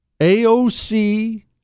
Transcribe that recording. AOC